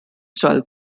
style